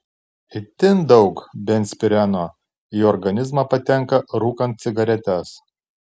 itin daug benzpireno į organizmą patenka rūkant cigaretes